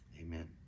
Amen